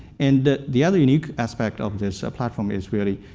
and the the other unique aspect of this platform is really,